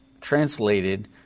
translated